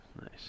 Nice